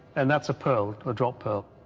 and that's a pearl, a drop pearl.